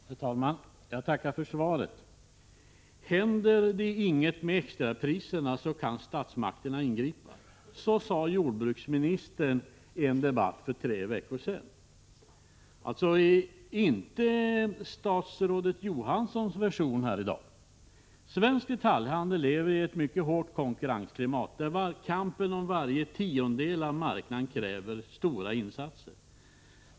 Herr talman! Jag tackar för svaret. Händer det inget med extrapriserna så kan statsmakterna ingripa. — Så sade jordbruksministern i en debatt för tre veckor sedan. Det uttalandet stämmer alltså inte med statsrådet Johanssons version här i dag. Svensk detaljhandel lever i ett mycket hårt konkurrensklimat, där kampen om varje tiondel av marknaden kräver stora insatser.